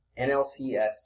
NLCS